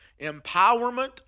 empowerment